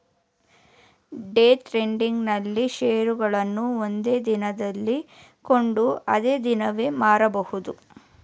day trading ನಲ್ಲಿ ಶೇರುಗಳನ್ನು ಒಂದೇ ದಿನದಲ್ಲಿ ಕೊಂಡು ಅದೇ ದಿನವೇ ಮಾರಬಹುದು